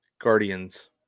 Guardians